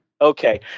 Okay